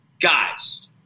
guys